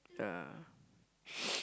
yeah